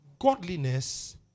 godliness